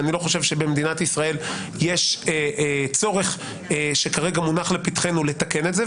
ואני לא חושב שבמדינת ישראל יש צורך שכרגע מונח לפתחנו לתקן את זה,